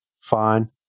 fine